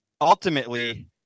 ultimately